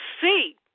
see